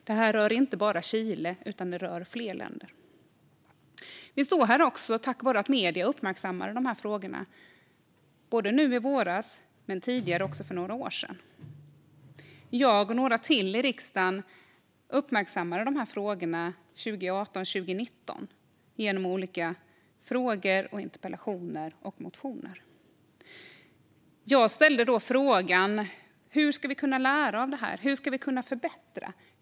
Det här rör inte bara Chile, utan det rör fler länder. Vi står här också tack vare att medierna uppmärksammade de här frågorna, både nu i våras och för några år sedan. Jag och några till i riksdagen uppmärksammade de här frågorna 2018-2019 genom olika frågor, interpellationer och motioner. Jag ställde då frågan hur vi ska kunna lära av det här. Hur ska vi kunna förbättra?